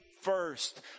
first